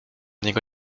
niego